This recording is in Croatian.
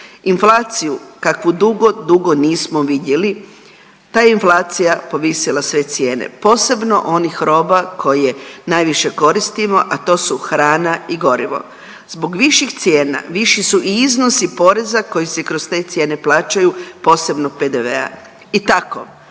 Inflaciju kakvu dugo, dugo nismo vidjeli, ta je inflacija povisila sve cijene, posebno onih roba koje najviše koristimo, a to su hrana i gorivo. Zbog viših cijena, viši su i iznosi poreza koji se kroz te cijene plaćaju, posebno PDV-a i tako,